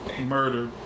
murder